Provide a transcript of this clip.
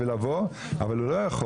מקרה אחד שנרצה לבדוק אם הוא הלך או לא,